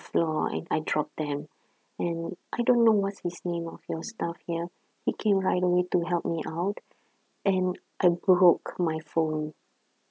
floor I I dropped them and I don't know what's his name of your staff ya he came right away to help me out and I broke my phone